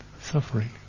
suffering